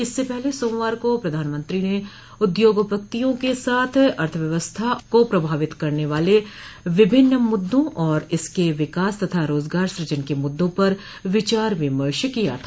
इससे पहले सोमवार को प्रधानमंत्री ने उद्यागपतियों के साथ अर्थव्यवस्था को प्रभावित करने वाले विभिन्न मुद्दों और इसके विकास तथा रोजगार सूजन के मुद्दों पर विचार विमर्श किया था